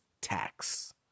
tax